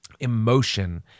emotion